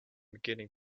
beginning